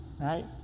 right